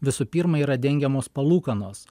visų pirma yra dengiamos palūkanos